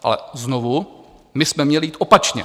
Ale znovu, my jsme měli jít opačně.